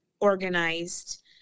organized